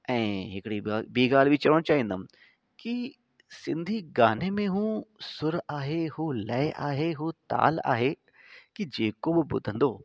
ऐं हिकिड़ी ब ॿीं ॻाल्हि भी चवणु चाहींदुमि की सिंधी गाने में हू सुर आहे हू लय आहे हू ताल आहे की जेको ब ॿुधंदो